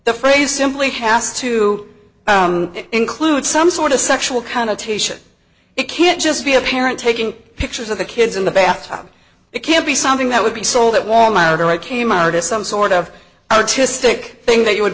the phrase simply has to include some sort of sexual connotation it can't just be a parent taking pictures of the kids in the bath tub it can't be something that would be sold at wal mart or at k mart as some sort of artistic thing that you would